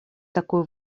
такую